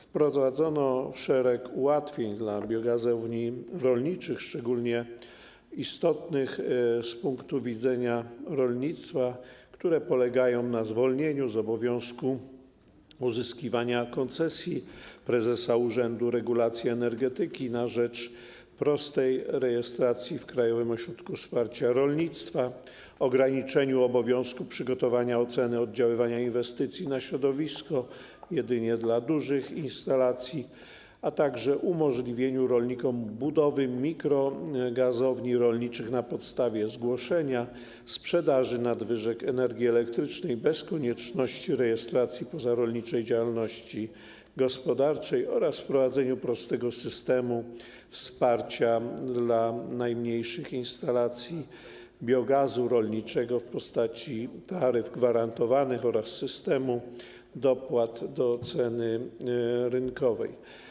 Wprowadzono szereg ułatwień dla biogazowni rolniczych szczególnie istotnych z punktu widzenia rolnictwa, które polegają na zwolnieniu z obowiązku uzyskiwania koncesji prezesa Urzędu Regulacji Energetyki na rzecz prostej rejestracji w Krajowym Ośrodku Wsparcia Rolnictwa, ograniczeniu obowiązku przygotowania oceny oddziaływania inwestycji na środowisko jedynie dla dużych instalacji, a także umożliwieniu rolnikom budowy mikrogazowni rolniczych na podstawie zgłoszenia, sprzedaży nadwyżek energii elektrycznej bez konieczności rejestracji pozarolniczej działalności gospodarczej oraz wprowadzeniu prostego systemu wsparcia dla najmniejszych instalacji biogazu rolniczego w postaci taryf gwarantowanych oraz systemu dopłat do ceny rynkowej.